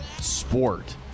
sport